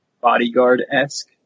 bodyguard-esque